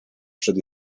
przed